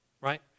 right